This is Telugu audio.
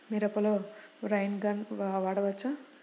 మిరపలో రైన్ గన్ వాడవచ్చా?